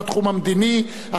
החברתי והכלכלי.